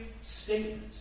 statement